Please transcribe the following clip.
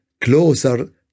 closer